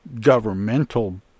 governmental